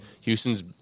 Houston's